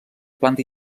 planta